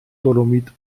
dolomit